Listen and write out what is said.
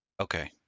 Okay